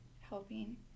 helping